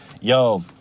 Yo